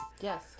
Yes